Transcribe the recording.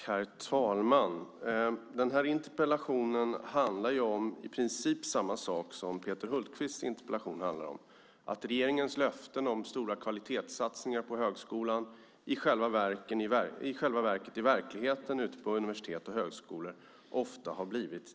Herr talman! Den här interpellationen handlar ju i princip om samma sak som Peter Hultqvists interpellation, nämligen att regeringens löften om stora kvalitetssatsningar på högskolan i själva verket ofta har blivit till en besparing ute på universitet och högskolor.